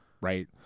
Right